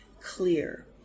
clear